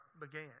began